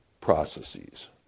processes